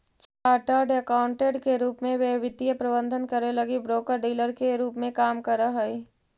chartered accountant के रूप में वे वित्तीय प्रबंधन करे लगी ब्रोकर डीलर के रूप में काम करऽ हई